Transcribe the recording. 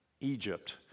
Egypt